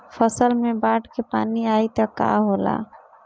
फसल मे बाढ़ के पानी आई त का होला?